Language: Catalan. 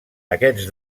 aquests